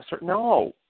No